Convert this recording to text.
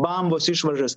bambos išvaržas